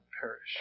perish